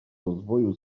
rozwoju